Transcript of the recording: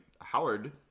Howard